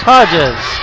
Hodges